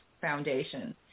Foundation